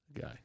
Guy